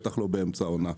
בטח לא באמצע עונה.